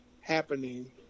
happening